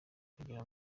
kugira